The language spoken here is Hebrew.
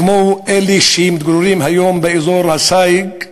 כמו אלה שמתגוררים היום באזור הסייג,